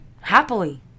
happily